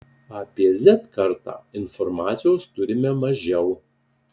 apie z kartą informacijos turime mažiau